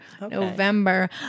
November